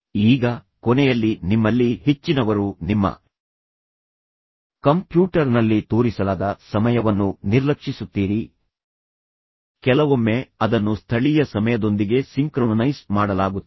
ಈಗ ಕೊನೆಯಲ್ಲಿ ನಿಮ್ಮಲ್ಲಿ ಹೆಚ್ಚಿನವರು ನಿಮ್ಮ ಕಂಪ್ಯೂಟರ್ನಲ್ಲಿ ತೋರಿಸಲಾದ ಸಮಯವನ್ನು ನಿರ್ಲಕ್ಷಿಸುತ್ತೀರಿ ಕೆಲವೊಮ್ಮೆ ಅದನ್ನು ಸ್ಥಳೀಯ ಸಮಯದೊಂದಿಗೆ ಸಿಂಕ್ರೊನೈಸ್ ಮಾಡಲಾಗುತ್ತದೆ